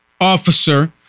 officer